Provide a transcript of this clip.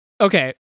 Okay